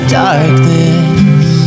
darkness